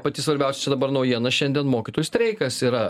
pati svarbiausia čia dabar naujiena šiandien mokytojų streikas yra